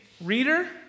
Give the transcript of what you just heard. Reader